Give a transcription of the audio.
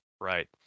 right